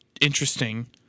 interesting